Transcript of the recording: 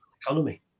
economy